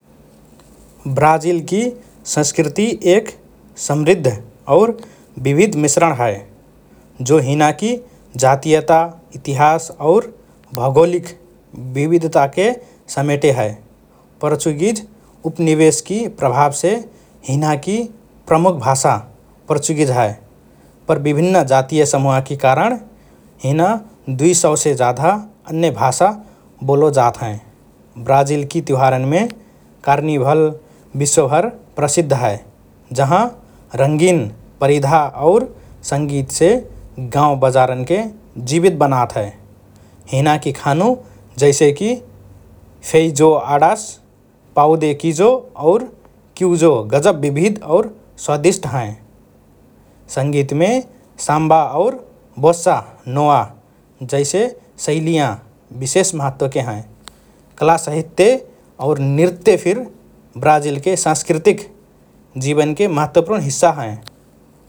ब्राजिलकि संस्कृति एक समृद्ध और विविध मिश्रण हए, जो हिनाकि जातीयता, इतिहास और भौगोलिक विविधताके समेटे हए । पोर्चुगिज उपनिवेशकि प्रभावसे हिनाकि प्रमुख भाषा पोर्चुगिज हए पर विभिन्न जातीय समूहकि कारण हिना दुई सौ से जाधा अन्य भाषा बोलो जात हएँ । ब्राजिलकि त्युहारन्मे कार्निभल विश्वभर प्रसिद्ध हए जहाँ रंगीन परिधा और संगीतसे गांव बजारन्के जीवित बनात हए । हिनाकि खानु जैसेकि फेइजोआडास, पाउ दे किजो, और क्युजो गजब विविध और स्वादिष्ट हएँ । संगीतमे साम्बा और बोस्सा नोवा जैसे शैलियाँ विशेष महत्वके हएँ । कला, साहित्य और नृत्य फिर ब्राजिलके सांस्कृतिक जीवनके महत्वपूर्ण हिस्सा हएँ ।